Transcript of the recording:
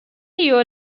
you’re